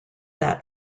that